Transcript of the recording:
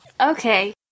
Okay